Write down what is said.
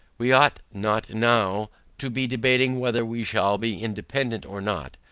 we ought not now to be debating whether we shall be independant or not,